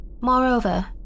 Moreover